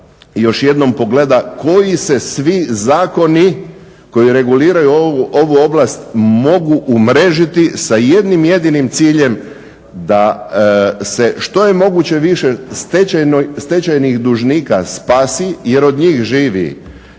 još jednom pogleda koji se svi zakoni koji reguliraju ovu oblast mogu umrežiti sa jednim jedinim ciljem da se što je moguće više stečajnih dužnika spasi jer od njih živi